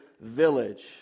village